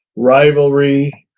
rivalry,